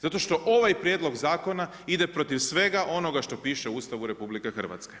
Zato što ovaj prijedlog zakona ide protiv svega onoga što piše u Ustavu RH.